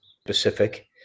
specific